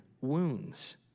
wounds